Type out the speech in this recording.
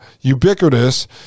ubiquitous